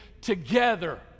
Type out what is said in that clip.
together